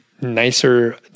nicer